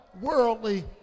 worldly